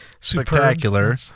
Spectacular